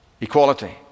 equality